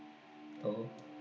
oh